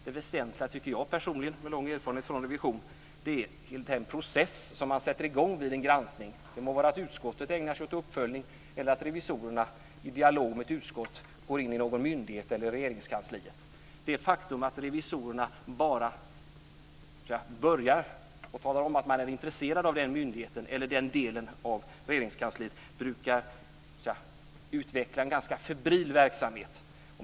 Personligen tycker jag, med lång erfarenhet från revision, att det väsentliga är den process som man sätter i gång vid en granskning. Det kan gälla att utskottet ägnar sig åt en uppföljning eller att revisorerna i dialog med ett utskott går in i någon myndighet eller i Regeringskansliet. Bara det faktum att revisorerna talar om att man är intresserad av en myndighet eller en del av Regeringskansliet brukar sätta i gång en ganska febril verksamhet.